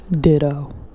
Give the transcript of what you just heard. Ditto